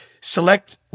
Select